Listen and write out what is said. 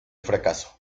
fracaso